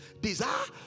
Desire